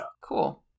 Cool